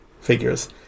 figures